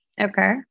Okay